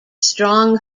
strong